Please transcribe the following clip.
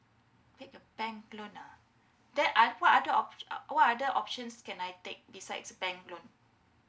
pick a bank loan ah then I put other opti~ what other options can I take besides bank loan